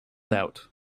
doubt